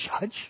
judge